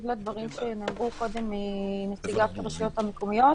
לדברים שאמרה נציגת הרשויות המקומיות.